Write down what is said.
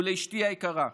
ולאשתי היקרה,